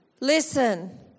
listen